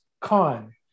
Con